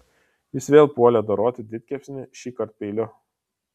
jis vėl puolė doroti didkepsnį šįkart peiliu